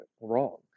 wrong